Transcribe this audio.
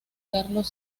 carlos